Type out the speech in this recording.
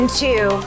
two